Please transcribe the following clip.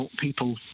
people